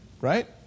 right